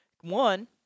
one